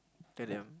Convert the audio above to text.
then they have